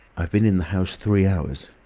i've been in the house three hours.